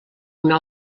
una